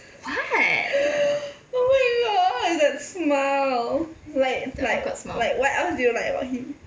oh my god that smile like like like what else do you like about him